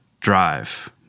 Drive